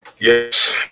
Yes